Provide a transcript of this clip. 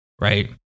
right